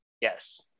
Yes